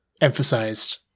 emphasized